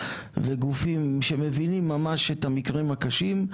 וגופים שמבינים ממש את המקרים הקשים,